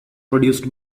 produced